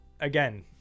again